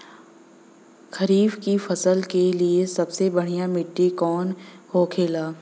खरीफ की फसल के लिए सबसे बढ़ियां मिट्टी कवन होखेला?